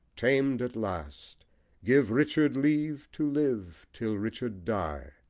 tamed at last give richard leave to live till richard die!